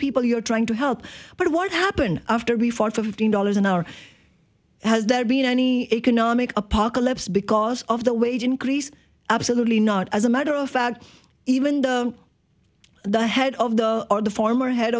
people you're trying to help but what happened after before for fifteen dollars an hour has there been any economic apocalypse because of the wage increase absolutely not as a matter of fact even though the head of the or the former head